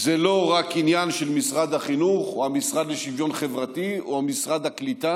זה לא רק עניין של משרד החינוך או המשרד לשוויון חברתי או משרד הקליטה,